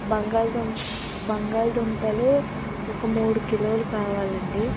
బంగాళాదుంప బంగాళదుంపలు ఒక మూడు కిలోలు కావాలండి